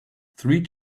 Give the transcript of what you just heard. three